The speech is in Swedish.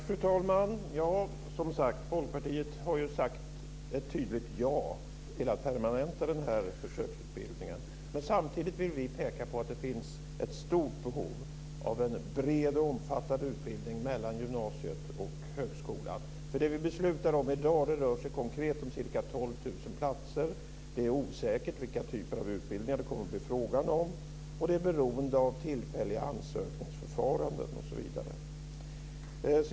Fru talman! Som sagt: Folkpartiet har sagt ett tydligt ja till att permanenta denna försöksutbildning. Samtidigt vill vi peka på att det finns ett stort behov av en bred och omfattande utbildning mellan gymnasiet och högskolan. Det vi beslutar om rör sig konkret om ca 12 000 platser. Det är osäkert vilka typer av utbildningar det kommer att bli frågan om, man är beroende av tillfälliga ansökningsförfaranden, osv.